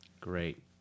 great